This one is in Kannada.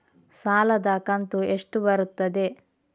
ಸಾಲದ ಕಂತು ಎಷ್ಟು ಬರುತ್ತದೆ?